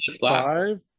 five